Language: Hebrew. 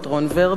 את רון ורבר,